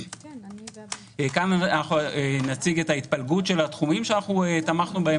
כאן נציג את התפלגות התחומים שתמכנו בהם